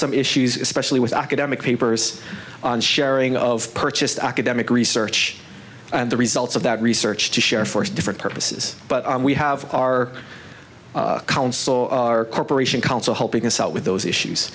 some issues especially with academic papers and sharing of purchased academic research and the results of that research to share for different purposes but we have our corporation counsel helping us out with those issues